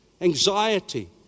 anxiety